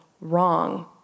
wrong